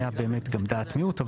הייתה באמת גם דעת מיעוט,